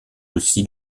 aussi